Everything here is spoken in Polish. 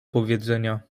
powiedzenia